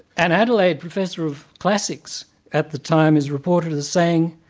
an adelaide professor of classics at the time is reported as saying,